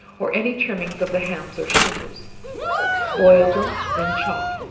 or any trimmings of the hams or shoulders boil them, then chop.